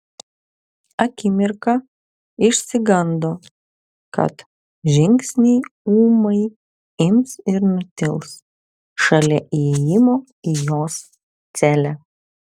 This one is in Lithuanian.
akimirką išsigando kad žingsniai ūmai ims ir nutils šalia įėjimo į jos celę